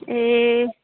ए